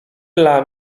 dla